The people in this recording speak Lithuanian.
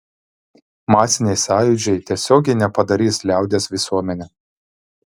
masiniai sąjūdžiai tiesiogiai nepadarys liaudies visuomene